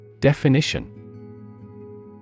Definition